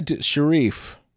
Sharif